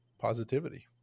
positivity